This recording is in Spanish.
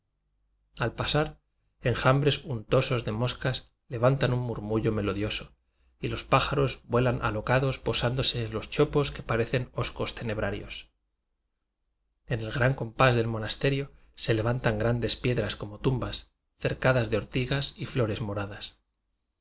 al pasar enjambres untosos de moscas levantan un murmullo melodioso y los pája ros vuelan alocados posándose en los cho pos que parecen hoscos tenebrarios en el gran compás del monasterio se le vantan grandes piedras como tumbas cer cadas de ortigas y flores moradas